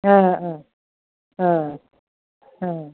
अ अ